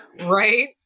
Right